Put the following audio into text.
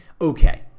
Okay